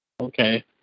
Okay